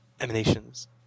emanations